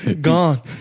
Gone